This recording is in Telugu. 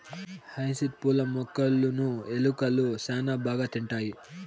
హైసింత్ పూల మొక్కలును ఎలుకలు శ్యాన బాగా తింటాయి